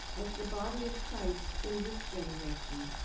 as the body of christ in this generation,